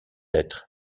être